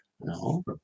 No